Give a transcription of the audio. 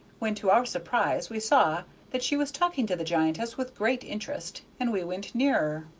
when to our surprise we saw that she was talking to the giantess with great interest, and we went nearer.